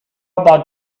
about